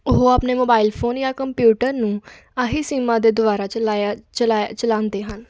ਉਹ ਆਪਣੇ mobile phone ਜਾਂ ਕੰਪਿਊਟਰ ਨੂੰ ਆਹੀ ਸਿੰਮਾਂ ਦੇ ਦੁਆਰਾ ਚਲਾਇਆ ਚਲਾ ਚਲਾਉਂਦੇ ਹਨ